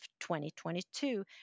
2022